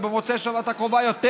ובמוצאי השבת הקרובה יותר